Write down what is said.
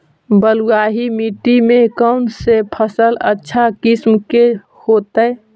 बलुआही मिट्टी में कौन से फसल अच्छा किस्म के होतै?